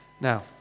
Now